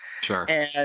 Sure